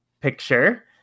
picture